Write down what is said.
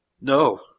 No